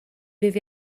ddydd